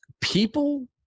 people